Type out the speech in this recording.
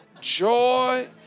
Joy